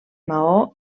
maó